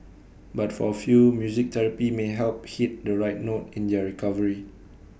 but for A few music therapy may help hit the right note in their recovery